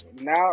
now